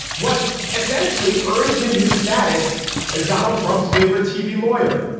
what essentially earned him his status as donald trump's favorite tv lawyer.